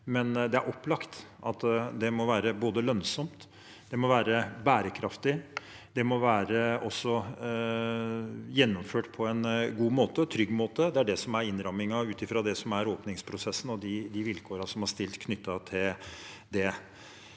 men det er opplagt at det må være både lønnsomt, bærekraftig og gjennomført på en god og trygg måte. Det er det som er innrammingen ut fra åpningsprosessen og de vilkårene som er stilt knyttet til det.